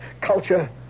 culture